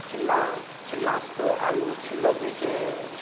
छिलना छिलनासँ आलू छिललो जाइ छै